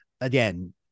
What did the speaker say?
again